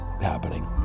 happening